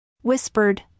Whispered